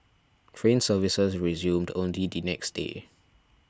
train services resumed only the next day